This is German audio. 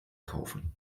kaufen